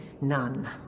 none